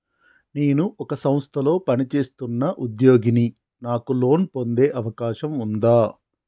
నేను ఒక సంస్థలో పనిచేస్తున్న ఉద్యోగిని నాకు లోను పొందే అవకాశం ఉందా?